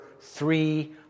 three